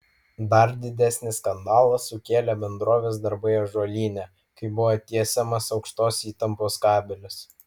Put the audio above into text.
dar didesnį skandalą sukėlė bendrovės darbai ąžuolyne kai buvo tiesiamas aukštos įtampos kabelis